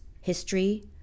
history